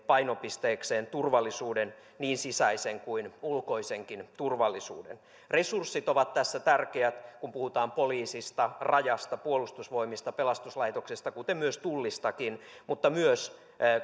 painopisteekseen turvallisuuden niin sisäisen kuin ulkoisenkin turvallisuuden resurssit ovat tässä tärkeät kun puhutaan poliisista rajasta puolustusvoimista pelastuslaitoksesta kuten myös tullistakin mutta myös